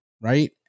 Right